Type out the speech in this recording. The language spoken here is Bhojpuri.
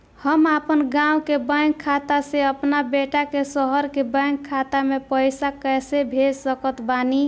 हम अपना गाँव के बैंक खाता से अपना बेटा के शहर के बैंक खाता मे पैसा कैसे भेज सकत बानी?